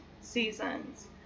seasons